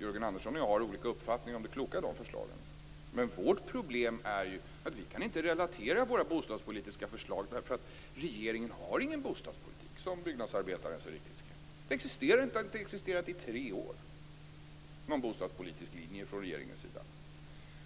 Jörgen Andersson och jag har olika uppfattningar om det kloka i de förslagen. Vårt problem är att vi inte kan relatera våra bostadspolitiska förslag, eftersom regeringen, som Byggnadsarbetaren så riktigt skrev, inte har någon bostadspolitik. Någon bostadspolitisk linje från regeringens sida